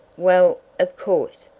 well, of course,